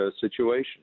situation